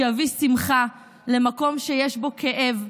שיביא שמחה למקום שיש בו כאב,